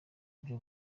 byo